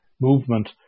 movement